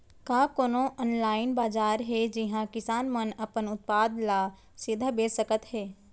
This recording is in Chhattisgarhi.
का कोनो अनलाइन बाजार हे जिहा किसान मन अपन उत्पाद ला सीधा बेच सकत हे?